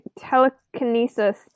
telekinesis